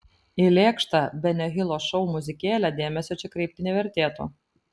į lėkštą benio hilo šou muzikėlę dėmesio čia kreipti nevertėtų